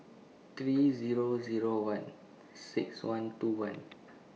three Zero Zero one six one two one